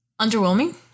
Underwhelming